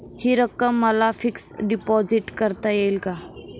हि रक्कम मला फिक्स डिपॉझिट करता येईल का?